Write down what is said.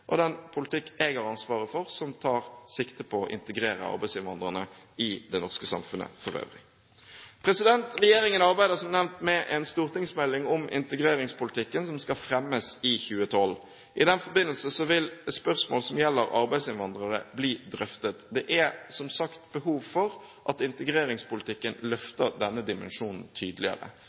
og den politikk jeg har ansvaret for, som tar sikte på å integrere arbeidsinnvandrerne i det norske samfunnet for øvrig. Regjeringen arbeider som nevnt med en stortingsmelding om integreringspolitikken som skal fremmes i 2012. I den forbindelse vil spørsmål som gjelder arbeidsinnvandrere bli drøftet. Det er som sagt behov for at integreringspolitikken løfter denne dimensjonen